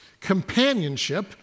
companionship